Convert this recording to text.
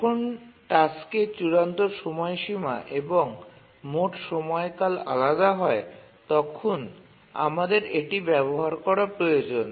যখন টাস্কের চূড়ান্ত সময়সীমা এবং মোট সময়কাল আলাদা হয় তখন আমাদের এটি ব্যবহার করা প্রয়োজন